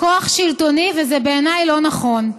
"כוח שלטוני, וזה בעיניי לא נכון.